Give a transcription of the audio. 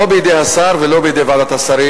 לא בידי השר ולא בידי ועדת השרים,